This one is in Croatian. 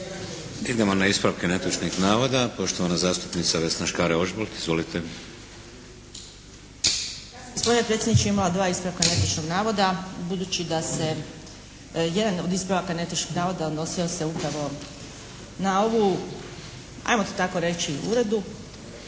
Idemo na ispravke netočnih navoda. Poštovani zastupnica Vesna Škare Ožbolt. Izvolite. **Škare Ožbolt, Vesna (DC)** Ja sam gospodine predsjedniče imala dva ispravka netočnog navoda. Budući da se jedan od ispravaka netočnih navoda odnosio se upravo na ovu ajmo to tako reći uvredu.